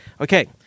Okay